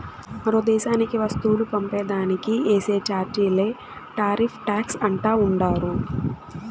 మరో దేశానికి వస్తువులు పంపే దానికి ఏసే చార్జీలే టార్రిఫ్ టాక్స్ అంటా ఉండారు